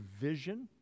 vision